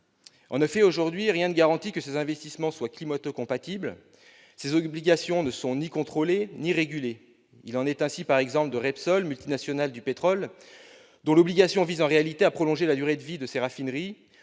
En effet, aujourd'hui, rien ne garantit que ces investissements soient climato-compatibles. Ces obligations ne sont ni contrôlées ni régulées. Il en est ainsi des obligations émises par Repsol, multinationale du pétrole, qui visent en réalité à prolonger la durée de vie des raffineries